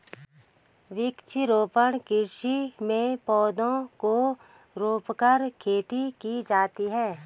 वृक्षारोपण कृषि में पौधों को रोंपकर खेती की जाती है